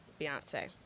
Beyonce